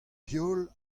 heol